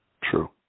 True